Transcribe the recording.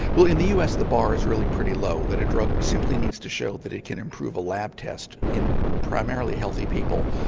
well in the us the bar is really pretty low, that a drug simply needs to show that it can improve a lab test in primarily healthy people.